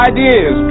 Ideas